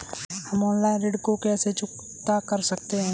हम ऑनलाइन ऋण को कैसे चुकता कर सकते हैं?